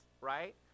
right